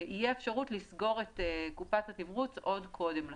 תהיה אפשרות לסגור את קופת התמרוץ עוד קודם לכן.